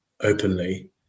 openly